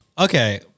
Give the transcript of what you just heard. okay